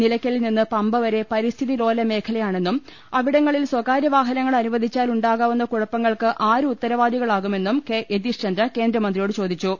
നിലയ്ക്കലിൽ നിന്ന് പമ്പവരെ പരിസ്ഥിതിലോല മേ ഖലയാണെന്നും അവിടങ്ങളിൽ സ്വകാര്യ വാഹനങ്ങൾ അനുവ ദിച്ചാൽ ഉണ്ടാകാവുന്ന കുഴപ്പങ്ങൾക്ക് ആര് ഉത്തരവാദികളാകു മെന്നും യതീഷ് ചന്ദ്ര കേന്ദ്രമന്ത്രിയോട് ചോദിച്ചു